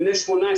בני ה-18,